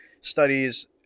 studies